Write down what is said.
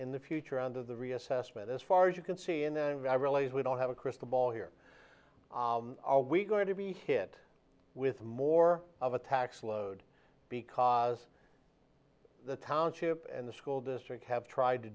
in the future under the reassessment as far as you can see and then i realize we don't have a crystal ball here are we going to be hit with more of a tax load because the township and the school district have tried to